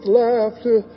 laughter